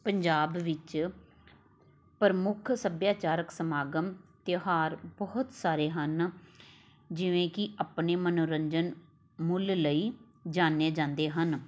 ਪੰਜਾਬ ਵਿੱਚ ਪ੍ਰਮੁੱਖ ਸੱਭਿਆਚਾਰਕ ਸਮਾਗਮ ਤਿਉਹਾਰ ਬਹੁਤ ਸਾਰੇ ਹਨ ਜਿਵੇਂ ਕਿ ਆਪਣੇ ਮੰਨੋਰੰਜਨ ਮੁੱਲ ਲਈ ਜਾਣੇ ਜਾਂਦੇ ਹਨ